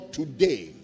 today